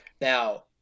Now